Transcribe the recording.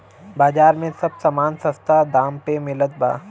बाजारी में सब समान सस्ता दाम पे मिलत बा